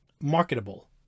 marketable